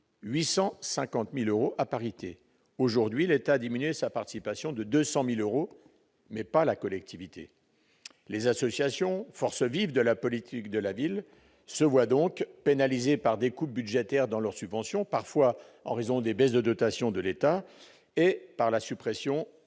850 000 euros, à parité. Aujourd'hui, l'État a diminué sa participation de 200 000 euros, mais pas la collectivité. Les associations, forces vives de la politique de la ville, se voient donc pénalisées par des coupes budgétaires dans leurs subventions, parfois en raison des baisses de dotations de l'État et par la suppression des emplois aidés.